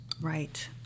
Right